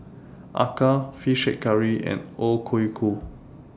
Acar Fish Head Curry and O Ku Kueh